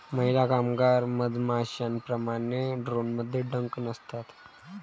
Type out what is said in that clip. महिला कामगार मधमाश्यांप्रमाणे, ड्रोनमध्ये डंक नसतात